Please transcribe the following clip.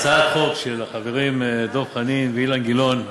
הצעות החוק של החברים דב חנין ואילן גילאון,